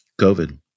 COVID